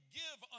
give